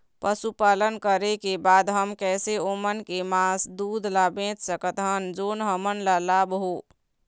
पशुपालन करें के बाद हम कैसे ओमन के मास, दूध ला बेच सकत हन जोन हमन ला लाभ हो?